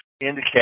indicate